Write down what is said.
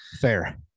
fair